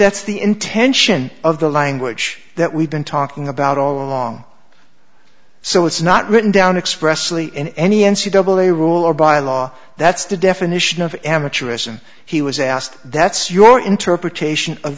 that's the intention of the language that we've been talking about all along so it's not written down expressly in any n c double a rule or by a law that's the definition of amateurism he was asked that's your interpretation of